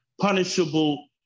punishable